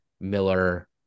Miller